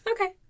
Okay